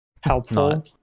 helpful